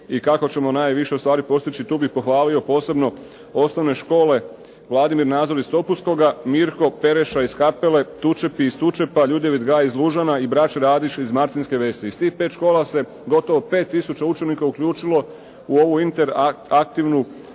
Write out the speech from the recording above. i kako ćemo najviše ustvari postići. Tu bih pohvalio posebno osnovne škole Vladimir Nazor iz Topuskoga, Mirko Pereša iz Kapele, Tučepi iz Tučepa, Ljudevit Gaja iz Lužana i Braće Radića iz Martinske Vesi. Iz tih pet škola se gotovo 5 tisuća učenika uključilo u ovu interaktivnu igralicu